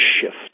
shift